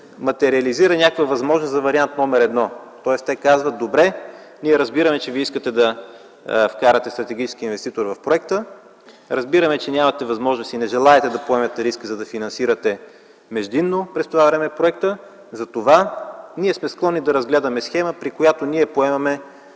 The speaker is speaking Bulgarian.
материализира вариант за възможност номер едно, тоест те казват: „Добре, разбираме, че искате да вкарате стратегически инвеститор в проекта. Разбираме, че нямате възможност и не желаете да поемете риска да финансирате междинно през това време проекта. Затова сме склонни да разгледаме схема, при която поемаме